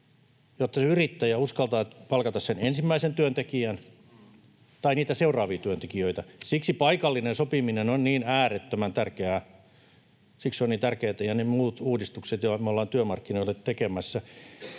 että yrittäjä uskaltaa palkata sen ensimmäisen työntekijän tai niitä seuraavia työntekijöitä. Siksi paikallinen sopiminen on niin äärettömän tärkeää. Siksi se on tärkeätä, samoin ne muut uudistukset, joita me ollaan työmarkkinoille tekemässä.